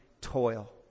toil